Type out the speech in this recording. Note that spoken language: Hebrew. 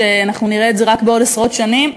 ואנחנו נראה את זה רק בעוד עשרות שנים,